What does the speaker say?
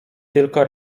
tylko